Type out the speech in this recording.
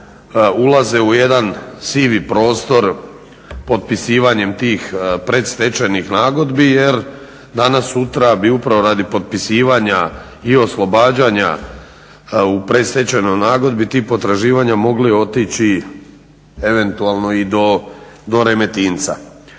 ulaze u jedan sivi prostor potpisivanjem tih predstečajnih nagodbi jer danas-sutra bi upravo radi potpisivanja i oslobađanja u predstečajnoj nagodbi ti potraživanja mogli otići eventualno i do Remetinca.